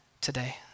today